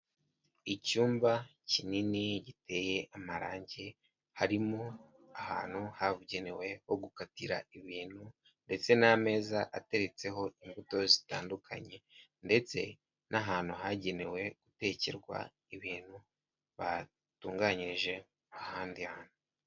Icyumba kinini, giteye amarangi, harimo ahantu habugenewe ho gukatira ibintu, ndetse n'ameza ateretseho imbuto zitandukanye. Ndetse n'ahantu hagenewe gutekerwa ibintu batunganyije ahandi hantu.